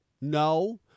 no